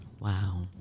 Wow